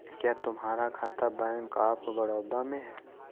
क्या तुम्हारा खाता बैंक ऑफ बड़ौदा में है?